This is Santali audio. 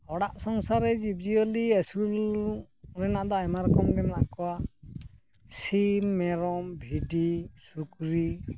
ᱚᱲᱟᱜ ᱥᱚᱢᱥᱟᱨ ᱨᱮ ᱡᱤᱵᱽᱼᱡᱤᱭᱟᱹᱞᱤ ᱟᱹᱥᱩᱞ ᱨᱮᱱᱟᱜ ᱫᱚ ᱟᱭᱢᱟ ᱨᱚᱠᱚᱢ ᱜᱮ ᱢᱮᱱᱟᱜ ᱠᱚᱣᱟ ᱥᱤᱢ ᱢᱮᱨᱚᱢ ᱵᱷᱤᱰᱤ ᱥᱩᱠᱨᱤ